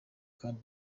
kandi